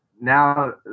now